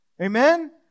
Amen